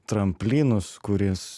tramplinus kuris